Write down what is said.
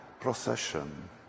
procession